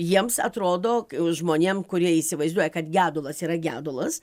jiems atrodo žmonėm kurie įsivaizduoja kad gedulas yra gedulas